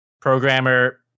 programmer